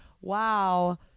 wow